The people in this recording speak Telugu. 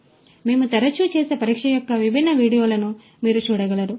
కాబట్టి మేము తరచూ చేసే పరీక్ష యొక్క విభిన్న వీడియోలను మీరు చూడగలరు